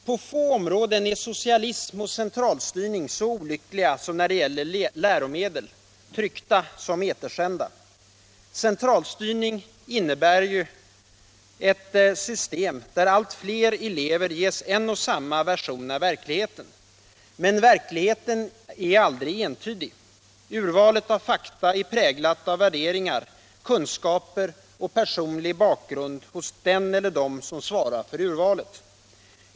På få områden är socialism och centralisering så olyckliga som när det gäller läromedel — tryckta som etersända. Centralstyrning innebär ju ett system där allt fler elever ges en och samma version av verkligheten. Men verkligheten är aldrig entydig. Urvalet av fakta är präglat av värderingar, kunskaper och personlig bakgrund hos den eller dem som svarar för urvalet.